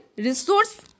Resource